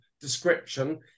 description